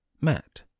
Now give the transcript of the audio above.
Matt